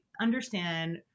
understand